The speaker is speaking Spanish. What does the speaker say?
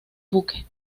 buque